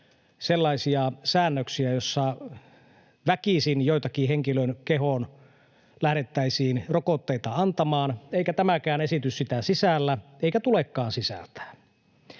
sellaisia säännöksiä, joissa väkisin henkilön kehoon lähdettäisiin rokotteita antamaan, eikä tämäkään esitys sitä sisällä, eikä sen tulekaan sisältää.